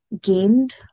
gained